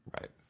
Right